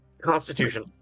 Constitution